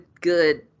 good